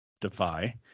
Defy